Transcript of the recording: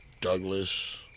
Douglas